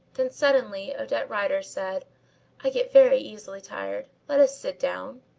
then suddenly odette rider said i get very easily tired. let us sit down.